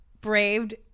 braved